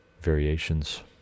variations